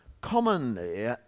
commonly